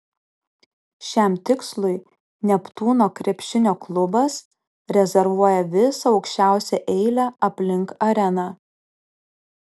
šiam tikslui neptūno krepšinio klubas rezervuoja visą aukščiausią eilę aplink areną